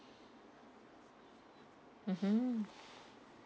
mmhmm